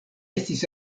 estis